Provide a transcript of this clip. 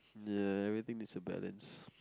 ya everything needs a balance